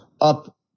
up